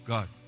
God